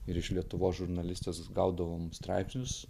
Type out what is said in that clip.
ir iš lietuvos žurnalistės gaudavom straipsnius